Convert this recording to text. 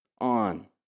on